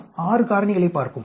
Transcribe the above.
நாம் 6 காரணிகளைப் பார்ப்போம்